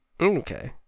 Okay